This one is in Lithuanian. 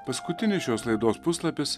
paskutinis šios laidos puslapis